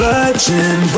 Virgin